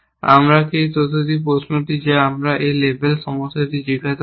আমরা কি এই তথ্যটি এই প্রশ্নটি যা আমরা এই লেবেল সমস্যাটিতে জিজ্ঞাসা করি